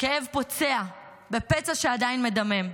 כאב פוצע, בפצע שעדיין מדמם.